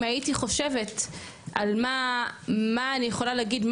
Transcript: אם הייתי חושבת מה אני יכולה להגיד,